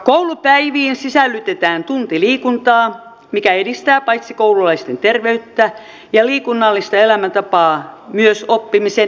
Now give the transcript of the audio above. koulupäiviin sisällytetään tunti liikuntaa mikä edistää paitsi koululaisten terveyttä ja liikunnallista elämäntapaa myös oppimisen edellytyksiä